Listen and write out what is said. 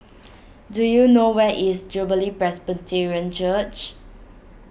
do you know where is Jubilee Presbyterian Church